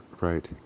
Right